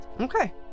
Okay